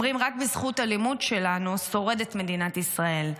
אומרים: רק בזכות הלימוד שלנו שורדת מדינת ישראל.